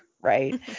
Right